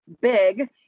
big